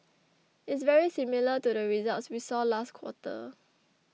it's very similar to the results we saw last quarter